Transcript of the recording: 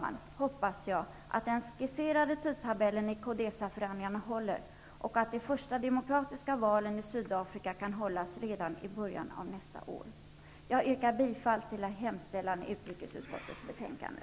Jag hoppas, herr talman, att den skisserade tidtabellen i Codesaförhandlingarna håller och att de första demokratiska valen i Sydafrika kan hållas redan i början av nästa år. Jag yrkar bifall till hemställan i utrikesutskottets betänkande.